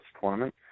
tournament